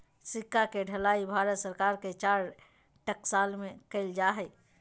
सिक्का के ढलाई भारत सरकार के चार टकसाल में कइल जा हइ